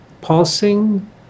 pulsing